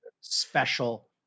special